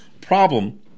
problem